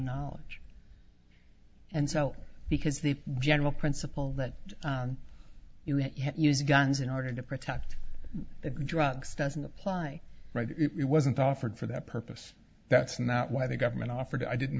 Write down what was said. knowledge and sell because the general principle that you use guns in order to protect the drugs doesn't apply right it wasn't offered for that purpose that's not why the government offered i didn't